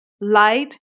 light